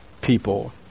people